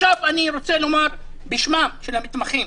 אני רוצה לומר בשמם של המתמחים,